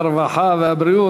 הרווחה והבריאות,